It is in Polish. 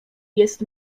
jest